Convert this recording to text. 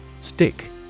stick